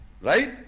Right